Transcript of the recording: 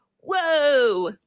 Whoa